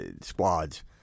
squads